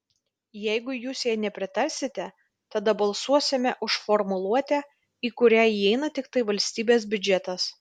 jeigu jūs jai nepritarsite tada balsuosime už formuluotę į kurią įeina tiktai valstybės biudžetas